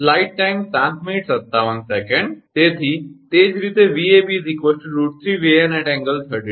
તેથી તે જ રીતે પછી 𝑉𝑎𝑏 √3𝑉𝑎𝑛∠30°